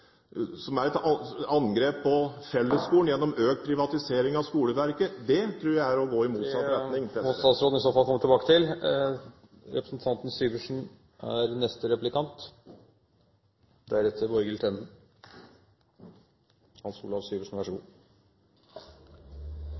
som er et angrep på fellesskolen – gjennom økt privatisering av skoleverket – tror jeg er å gå i motsatt retning. Det må statsråden i så fall komme tilbake til. Det kunne være fristende å si at hvis man gjør det for dyrt å gå på privatskoler, er